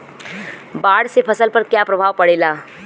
बाढ़ से फसल पर क्या प्रभाव पड़ेला?